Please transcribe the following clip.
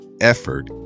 effort